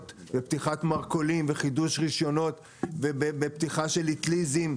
ופתיחת מרכולים וחידוש רישיונות ופתיחה של אטליזים,